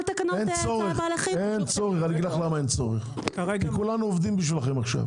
אין צורך, כי כולנו עובדים בשבילכם עכשיו.